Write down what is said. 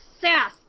sass